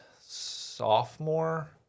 sophomore